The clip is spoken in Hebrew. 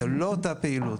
זו לא אותה פעילות.